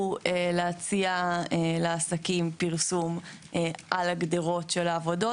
הוא להציע לעסקים פרסום על הגדרות של העבודות